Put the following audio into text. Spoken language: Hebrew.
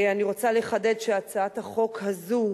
אני רוצה לחדד שהצעת החוק הזאת,